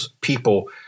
people